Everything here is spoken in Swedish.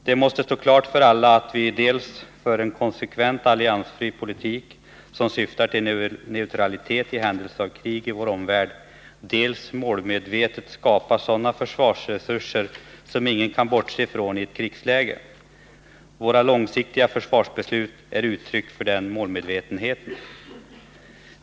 Det måste stå klart för alla att vi dels för en konsekvent alliansfri politik som syftar till neutralitet i händelse av krig i vår omvärld, dels målmedvetet skapar sådana försvarsresurser som ingen kan se bort ifrån i ett krig Våra långsiktiga försvarsbeslut är uttryck för den målmedvetenheten.